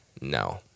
no